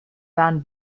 waren